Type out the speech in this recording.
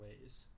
ways